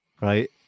right